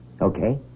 Okay